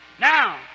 Now